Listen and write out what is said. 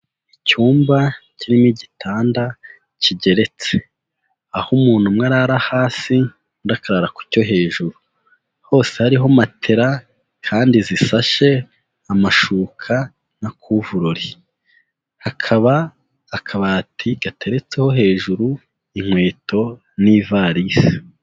Icyumba kirimo igitanda kigeretse aho umuntu umwe arara hasi, undi akarara ku cyo hejuru, hose hariho matera kandi zisashe amashuka na kuvurori, hakaba akabati gateretseho hejuru inkweto n'ivarisi.